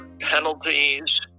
penalties